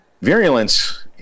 virulence